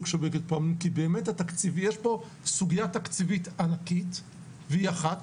כי באמת התקציב יש פה סוגייה תקציבית ענקית והיא אחת.